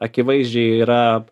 akivaizdžiai yra